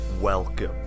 welcome